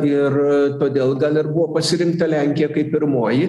ir todėl gal ir buvo pasirinkta lenkija kaip pirmoji